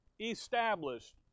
established